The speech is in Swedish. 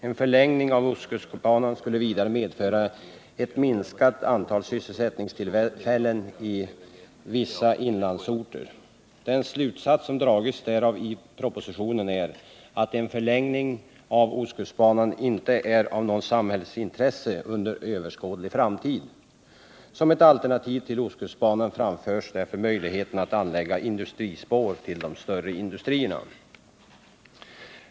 En förlängning av ostkustbanan skulle vidare medföra ett minskat antal sysselsättningstillfällen i vissa inlandsorter. Den slutsats som dragits därav i propositionen är, att en förlängning av ostkustbanan inte är av något samhällsintresse under överskådlig framtid. Som ett alternativ till ostkustbanan framförs därför möjligheten att anlägga industrispår till de större industrierna.